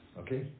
okay